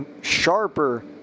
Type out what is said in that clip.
sharper